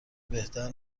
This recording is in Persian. بهتر